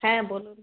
হ্যাঁ বলুন